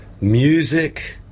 music